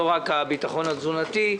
לא רק הביטחון התזונתי,